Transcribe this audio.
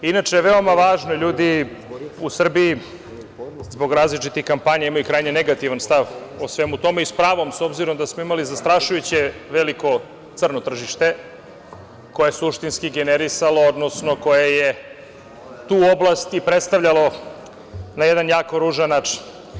Inače, veoma važno, ljudi u Srbiji zbog različitih kampanja imaju krajnje negativan stav o svemu tome i s pravom, s obzirom da smo imali zastrašujuće veliko crno tržište koje suštinski generisalo, odnosno koje je tu oblast i predstavljalo na jedan jako ružan način.